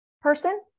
person